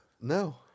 No